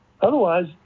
Otherwise